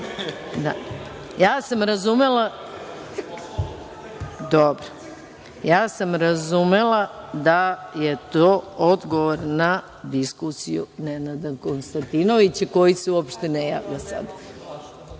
sam razumela da je to odgovor na diskusiju Nenada Konstatinovića koji se uopšte ne javlja sada